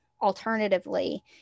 alternatively